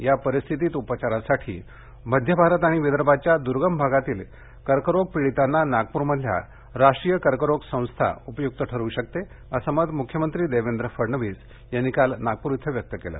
या परिस्थितीत उपचारासाठी मध्य भारत आणि विदर्भाच्या दुर्गम भागातील कर्करोग पीडितांना नागप्रमधील राष्ट्रीय कर्करोग संस्था उपय्क्त ठरू शकते असं मत म्ख्यमंत्री देवेंद्र फडणवीस यांनी काल नागपूर इथं व्यक्त केलं